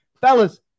Fellas